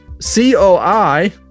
C-O-I